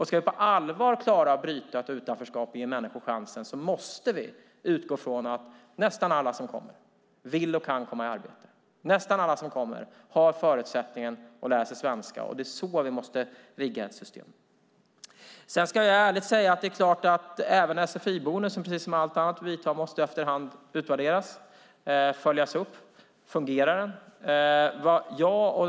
Ska vi på allvar klara av att bryta ett utanförskap och ge människor chansen måste vi utgå från att nästan alla som kommer vill och kan komma i arbete, att nästan alla som kommer har förutsättningar att lära sig svenska. Det är så vi måste rigga ett system. Jag ska ärligt säga att även sfi-bonusen, precis som allt annat vi gör, efterhand måste utvärderas, följas upp, för att se om den fungerar.